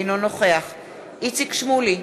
אינו נוכח איציק שמולי,